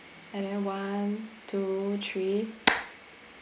and then one two three